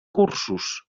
cursos